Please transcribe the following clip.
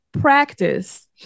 practice